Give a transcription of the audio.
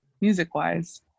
music-wise